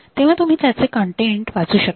तेव्हा तुम्ही त्याचे कन्टेन्ट वाचू शकता